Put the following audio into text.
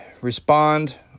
respond